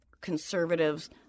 conservatives